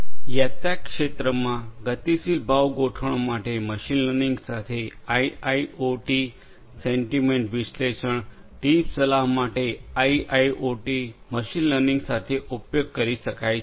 યાત્રા ક્ષેત્રમાં ગતિશીલ ભાવ ગોઠવણ માટે મશીન લર્નિંગ સાથે આઇઆઇઓટી સેન્ટિમેન્ટ વિશ્લેષણ ટ્રીપ સલાહ માટે આઇઆઇઓટી મશીન લર્નિંગ સાથે ઉપયોગ કરી શકાય છે